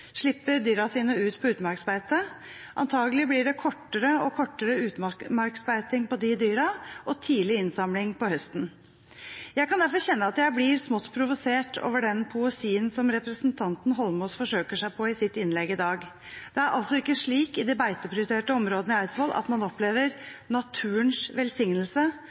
slipper dyra sine ut på utmarksbeite. Antakelig blir det kortere og kortere utmarksbeiting på de dyra og tidlig innsamling på høsten. Jeg kan derfor kjenne at jeg blir smått provosert over den poesien som representanten Eidsvoll Holmås forsøker seg på i sitt innlegg i dag. Det er altså ikke slik i de beiteprioriterte områdene i Eidsvoll at man opplever naturens velsignelse